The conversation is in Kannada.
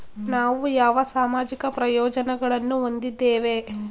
ನಾವು ಯಾವ ಸಾಮಾಜಿಕ ಪ್ರಯೋಜನಗಳನ್ನು ಹೊಂದಿದ್ದೇವೆ?